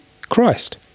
Christ